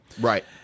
Right